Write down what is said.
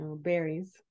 Berries